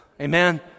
Amen